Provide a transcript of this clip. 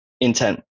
intent